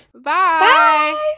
Bye